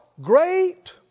Great